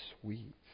sweet